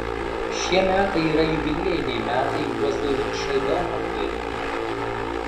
šie metai yra jubiliejiniai metai juozui lukšai daumantui atminti